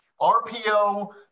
RPO